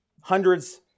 hundreds